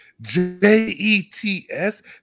J-E-T-S